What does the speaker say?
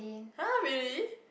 [huh] really